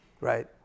Right